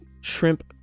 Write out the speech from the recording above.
Shrimp